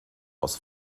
aus